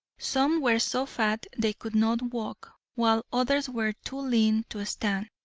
some were so fat they could not walk, while others were too lean to stand.